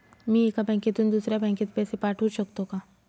मी एका बँकेतून दुसऱ्या बँकेत पैसे पाठवू शकतो का?